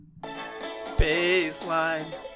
Baseline